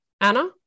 anna